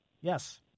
Yes